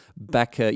back